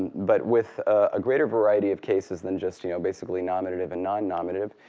but with a greater variety of cases than just you know basically nominative and non-nominative,